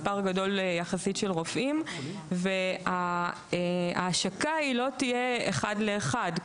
מספר גדול יחסית של רופאים וההשקה לא תהיה אחד לאחד.